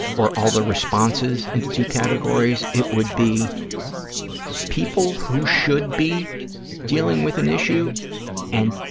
or all the responses into two categories, it would be people who should be dealing with an issue and